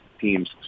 teams